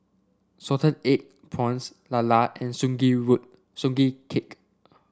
Salted Egg Prawns Lala and Sugee wood Sugee Cake